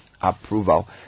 approval